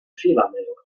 fehlermeldung